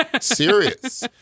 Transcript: Serious